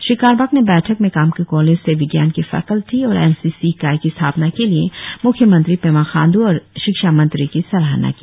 श्री कारबाक ने बैठक में कामकी कालेज मे विज्ञान की फैकल्टी और एन सी सी इकाई की स्थापना के लिए मुख्य मंत्री पेमा खांड्र और शिक्षा मंत्री की सराहना की